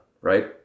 right